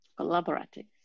Collaborative